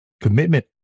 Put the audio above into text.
Commitment